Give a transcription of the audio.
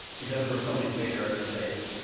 because there was something bigger at stake,